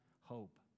hope